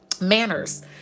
Manners